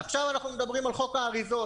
עכשיו אנחנו מדברים על חוק האריזות.